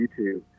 YouTube